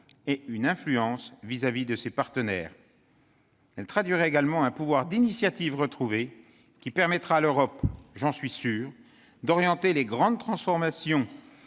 et une influence sur ses partenaires. Elle traduirait également un pouvoir d'initiative retrouvé, qui permettra à l'Europe, j'en suis sûr, d'orienter les grandes transformations